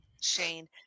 shane